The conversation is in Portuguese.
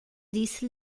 disse